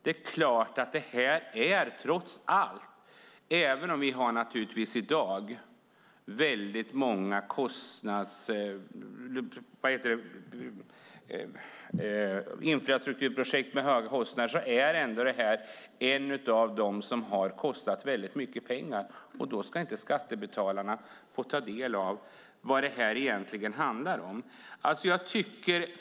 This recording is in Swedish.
I dag har vi många infrastrukturprojekt med höga kostnader, och detta är ett som har kostat väldigt mycket pengar. Ska då inte skattebetalarna få ta del av vad det egentligen handlar om?